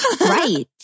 Right